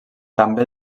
també